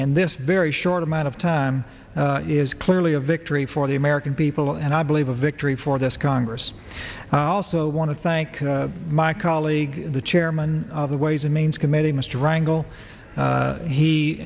in this very short amount of time is clearly a victory for the american people and i believe a victory for this congress i also want to thank my colleague the chairman of the ways and means